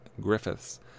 Griffiths